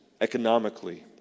economically